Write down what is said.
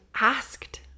asked